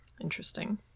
Interesting